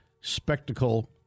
spectacle